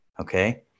okay